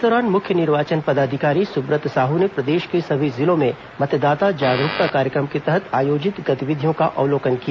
इस दौरान मुख्य निर्वाचन पदाधिकारी सुब्रत साहू ने प्रदेश के सभी जिलों में मतदाता जागरूकता कार्यक्रम के तहत आयोजित गतिविधियों का अवलोकन किया